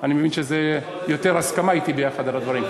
אני מבין שזה יותר הסכמה אתי על הדברים.